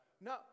No